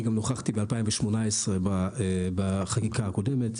אני גם נכחתי ב-2018 בחקיקה הקודמת.